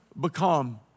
become